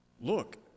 Look